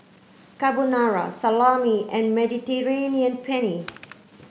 Carbonara Salami and Mediterranean Penne